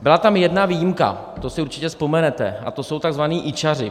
Byla tam jedna výjimka, a to si určitě vzpomenete, a to jsou takzvaní ičaři.